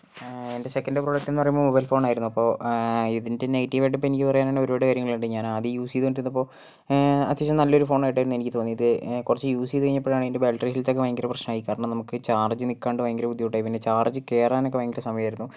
എൻ്റെ second product എന്ന് പറയുമ്പോൾ മൊബൈൽ ഫോൺ ആയിരുന്നു അപ്പോൾ ഇതിൻ്റെ നെഗറ്റീവ് ആയിട്ട് ഇപ്പോൾ എനിക്ക് പറയാനാണെങ്കിൽ ഒരുപാട് കാര്യങ്ങൾ ഉണ്ട് ഞാൻ ആദ്യം യൂസ് ചെയ്തുകൊണ്ടിരുന്നപ്പോൾ അത്യാവശ്യം നല്ലൊരു ഫോൺ ആയിട്ടായിരുന്നു എനിക്ക് തോന്നിയത് കുറച്ച് യൂസ് ചെയ്തു കഴിഞ്ഞപ്പോഴാണ് അതിൻ്റെ ബാറ്ററിയിലത്തെയൊക്കെ ഭയങ്കര പ്രശ്നമായി കാരണം നമുക്ക് ചാർജ് നിൽക്കാണ്ട് ഭയങ്കര ബുദ്ധിമുട്ടായി പിന്നെ ചാർജ് കയറാൻ ഒക്കെ ഭയങ്കര സമയമായിരുന്നു